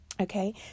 okay